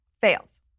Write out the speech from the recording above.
fails